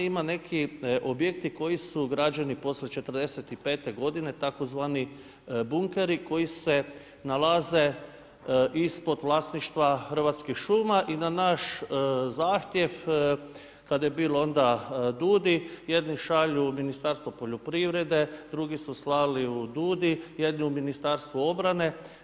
Ima neki objekti koji su građeni poslije '45. g. tzv. bunkeri, koji se nalaze ispod vlasništva Hrvatskih šuma i na naš zahtjev kad je bil onda DUUDI, jedni šalju u Ministarstvo poljoprivrede, drugi su slali u DUUDI, jedni u Ministarstvu obrane.